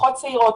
משפחות צעירות.